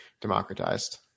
democratized